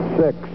six